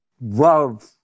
love